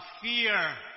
fear